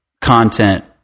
content